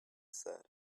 said